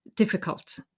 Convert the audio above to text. difficult